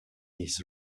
his